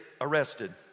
arrested